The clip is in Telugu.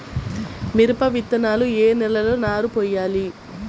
మిరప విత్తనాలు ఏ నెలలో నారు పోయాలి?